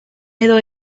edo